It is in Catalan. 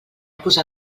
posar